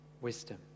wisdom